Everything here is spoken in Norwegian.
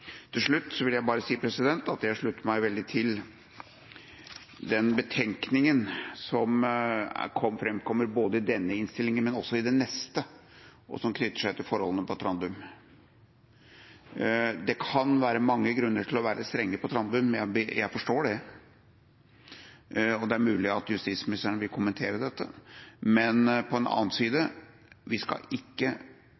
Til slutt vil jeg bare si at jeg slutter meg veldig til den betenkningen som framkommer i denne innstillinga, men også i den neste, som knytter seg til forholdene på Trandum. Det kan være mange grunner til å være strenge på Trandum – jeg forstår det, og det er mulig at justisministeren vil kommentere dette – men på den annen side skal vi ikke